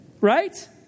right